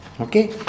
Okay